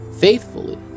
faithfully